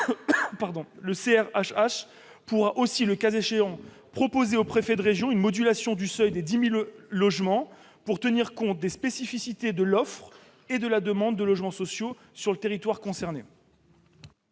Le CRHH pourra aussi, le cas échéant, proposer au préfet de région une modulation du seuil des 10 000 logements pour tenir compte des spécificités de l'offre et de la demande de logements sociaux sur le territoire concerné.